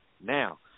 now